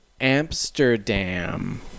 Amsterdam